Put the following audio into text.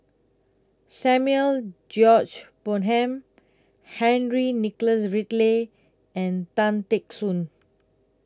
Samuel George Bonham Henry Nicholas Ridley and Tan Teck Soon